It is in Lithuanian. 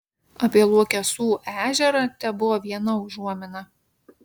apie luokesų ežerą tebuvo viena užuomina